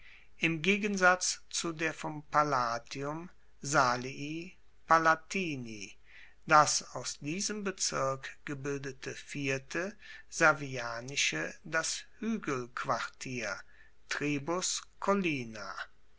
im gegensatz zu der vom palatium salii palatini das aus diesem bezirk gebildete vierte servianische das huegelquartier